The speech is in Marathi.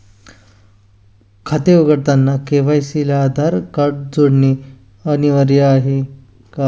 खाते उघडताना के.वाय.सी ला आधार कार्ड जोडणे अनिवार्य आहे का?